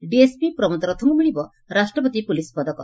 DSP Pramod ରଥଙ୍କୁ ମିଳିବ ରାଷ୍ଟ୍ରପତି ପୁଲିସ୍ ପଦକ